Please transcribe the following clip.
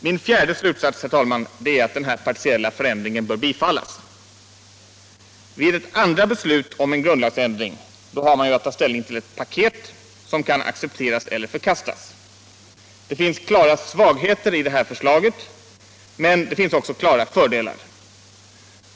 Min fjärde slutsats, herr talman, är att den här partiella förändringen av tryckfrihetsförordningen bör bifallas. Vid ett andra beslut om en grundlagsändring har man att ta ställning till ett paket som kan accepteras eller förkastas. Det finns klara svagheter i det här förslaget, men det finns också klara fördelar.